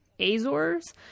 azores